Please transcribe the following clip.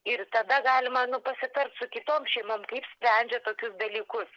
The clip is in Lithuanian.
ir tada galima pasitart su kitom šeimom kaip sprendžia tokius dalykus